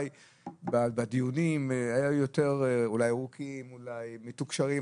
הדיונים בנושא רווחה היו יותר ארוכים ויותר מתוקשרים,